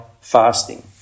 fasting